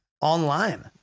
online